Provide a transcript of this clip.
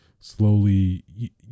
slowly